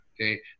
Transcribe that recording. okay